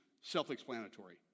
self-explanatory